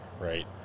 right